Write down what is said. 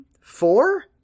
four